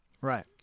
right